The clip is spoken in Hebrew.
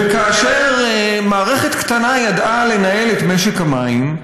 ומערכת קטנה ידעה לנהל את משק המים,